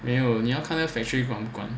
没有你要看那个 factory from